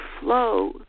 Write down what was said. flow